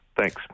Thanks